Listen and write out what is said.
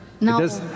No